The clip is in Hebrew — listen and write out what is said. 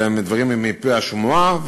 אלא הדברים הם מפי השמועה,